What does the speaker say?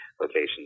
location